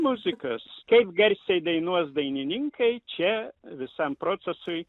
muzikas taip garsiai dainuos dainininkai čia visam procesui